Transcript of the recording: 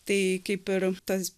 tai kaip ir tas